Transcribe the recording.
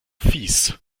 fieß